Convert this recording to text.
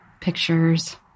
pictures